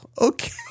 okay